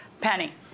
Penny